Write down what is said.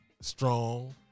strong